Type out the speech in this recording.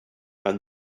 and